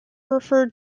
referred